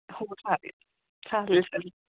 हो चालेल चालेल चालेल